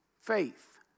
Faith